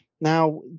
Now